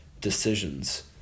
decisions